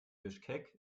bischkek